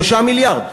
3 מיליארד.